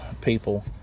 people